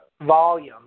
volume